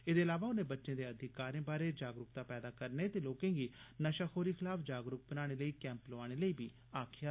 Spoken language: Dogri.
एह्दे इलावा उनें बच्चें दे अधिकारे बारै जागरूकता पैदा करने ते लोकें गी नशाखोरी खलाफ जागरूक बनाने लेई कैंप लोआन लेई बी आक्खेआ